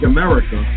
America